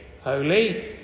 holy